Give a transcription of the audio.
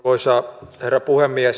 arvoisa herra puhemies